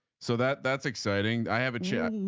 so that that's exciting. i have a chart.